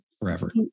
forever